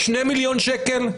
שני מיליון שקל?